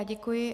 Děkuji.